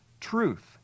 truth